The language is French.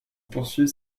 poursuivre